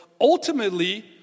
ultimately